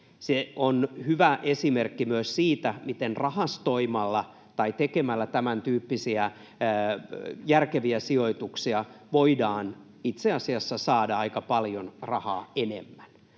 Se on hyvä esimerkki myös siitä, miten rahastoimalla tai tekemällä tämäntyyppisiä järkeviä sijoituksia voidaan itse asiassa saada aika paljon enemmän